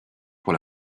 pour